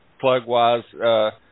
Plug-wise